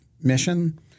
mission